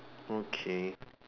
okay